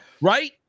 Right